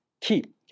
Keep